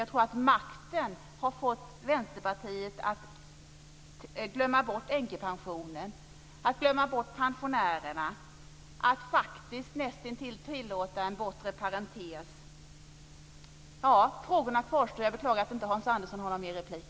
Jag tror att makten har fått Vänsterpartiet att glömma bort änkepensionen, att glömma bort pensionärerna och att näst intill tillåta en bortre parentes. Frågorna kvarstår. Jag beklagar att Hans Andersson inte har någon mer replik.